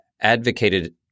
advocated